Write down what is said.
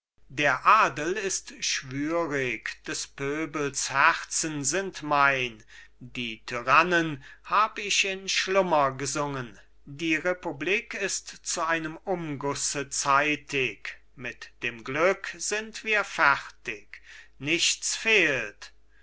der adel ist schwürig des pöbels herzen sind mein die tyrannen hab ich in schlummer gesungen die republik ist zu einem umgusse zeitig mit dem glück sind wir fertig nichts fehlt